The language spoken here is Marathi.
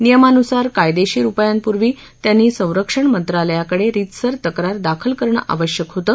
नियमानुसार कायदेशीर उपायांपूर्वी त्यांनी संरक्षण मंत्रालयाकडे रीतसर तक्रार दाखल करणं आवश्यक होतं